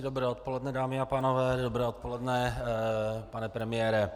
Dobré odpoledne, dámy a pánové, dobré odpoledne, pane premiére.